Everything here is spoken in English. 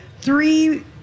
three